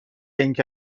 اینکه